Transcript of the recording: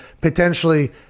potentially